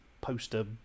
poster